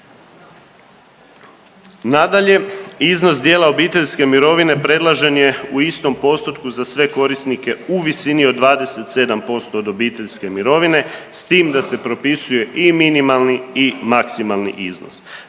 Nadalje, iznos dijela obiteljske mirovine predložen je u istom postotku za sve korisnike u visini od 27% od obiteljske mirovine s tim da se propisuje i minimalni i maksimalni iznos.